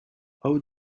how